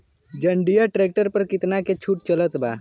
जंडियर tractor पर कितना के छूट चलत बा?